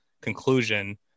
conclusion